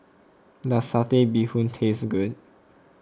does Satay Bee Hoon taste good